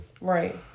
right